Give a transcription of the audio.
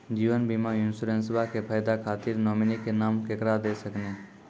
जीवन बीमा इंश्योरेंसबा के फायदा खातिर नोमिनी के नाम केकरा दे सकिनी?